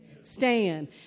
Stand